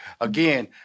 again